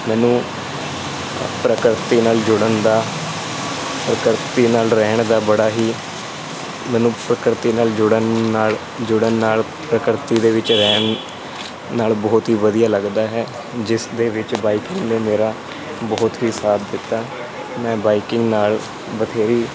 ਮੈਨੂੰ ਪ੍ਰਕਿਰਤੀ ਨਾਲ ਜੁੜਨ ਦਾ ਪ੍ਰਕਿਰਤੀ ਨਾਲ ਰਹਿਣ ਦਾ ਬੜਾ ਹੀ ਮੈਨੂੰ ਪ੍ਰਕਿਰਤੀ ਨਾਲ ਜੁੜਨ ਨਾਲ ਜੁੜਨ ਨਾਲ ਪ੍ਰਕਿਰਤੀ ਦੇ ਵਿੱਚ ਰਹਿਣ ਨਾਲ ਬਹੁਤ ਹੀ ਵਧੀਆ ਲੱਗਦਾ ਹੈ ਜਿਸ ਦੇ ਵਿੱਚ ਬਾਈਕਿੰਗ ਨੇ ਮੇਰਾ ਬਹੁਤ ਹੀ ਸਾਥ ਦਿੱਤਾ ਮੈਂ ਬਾਈਕਿੰਗ ਨਾਲ ਬਥੇਰੀ